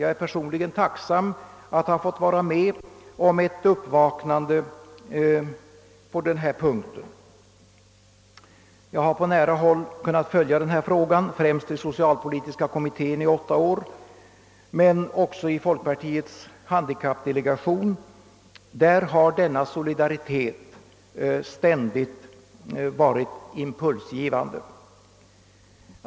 Jag är personligen tacksam för att ha fått vara med om ett samhällets uppvaknande på denna punkt. Jag har på nära håll kunnat följa denna fråga, främst i socialpolitiska kommittén i åtta år men också i folkpartiets handikappdelegation. Där har denna solidaritet ständigt varit impulsgivande.